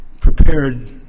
prepared